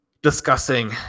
discussing